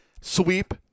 sweep